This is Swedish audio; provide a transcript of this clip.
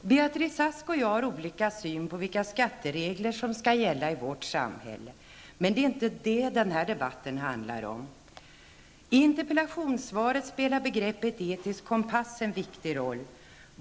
Beatrice Ask och jag har olika syn på vilka skatteregler som skall gälla i vårt samhälle, men det är inte det den här debatten handlar om. I interpellationssvaret spelar begreppet etisk kompass en viktig roll.